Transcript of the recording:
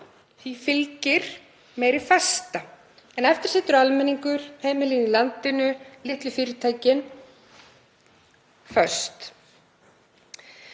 því fylgir meiri festa. En eftir situr almenningur, heimilin í landinu og litlu fyrirtækin. Forseti.